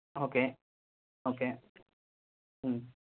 okay okay